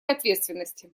ответственности